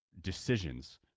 decisions